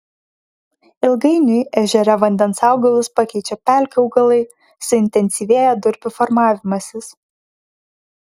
ilgainiui ežere vandens augalus pakeičia pelkių augalai suintensyvėja durpių formavimasis